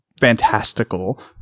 fantastical